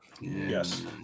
Yes